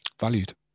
valued